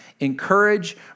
encourage